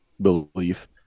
belief